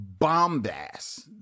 bombass